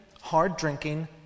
hard-drinking